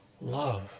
love